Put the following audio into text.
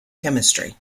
chemistry